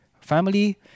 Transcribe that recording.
Family